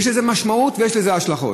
יש לזה משמעות ויש לזה השלכות.